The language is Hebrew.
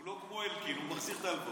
הוא לא כמו אלקין, הוא מחזיר את ההלוואות.